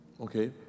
Okay